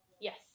Yes